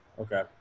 Okay